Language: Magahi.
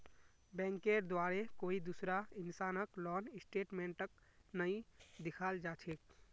बैंकेर द्वारे कोई दूसरा इंसानक लोन स्टेटमेन्टक नइ दिखाल जा छेक